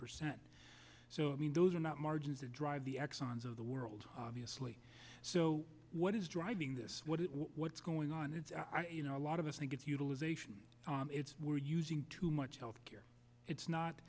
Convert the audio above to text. percent so i mean those are not margins to drive the exxon's of the world obviously so what is driving this what what's going on it's you know a lot of us think it's utilization it's we're using too much health care it's not